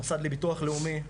המוסד לביטוח לאומי,